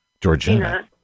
Georgina